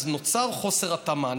אז נוצר חוסר התאמה.